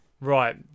Right